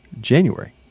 January